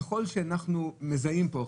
ככל שאנחנו מזהים פה,